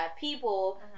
people